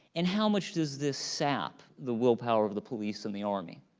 and how much does this sap the willpower of the police and the army?